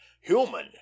human